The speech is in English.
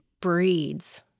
breeds